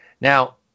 Now